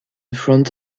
front